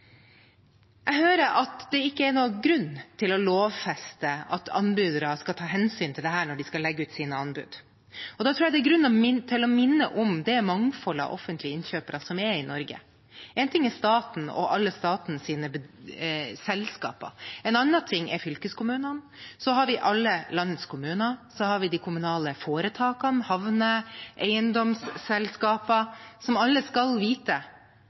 Jeg hører at det ikke er noen grunn til å lovfeste at anbydere skal ta hensyn til dette når de skal legge ut sine anbud. Da tror jeg det er grunn til å minne om det mangfoldet av offentlige innkjøpere som er i Norge. Én ting er staten og alle statens selskaper. En annen ting er fylkeskommunene. Så har vi alle landets kommuner og de kommunale foretakene, havner og eiendomsselskaper, som alle skal vite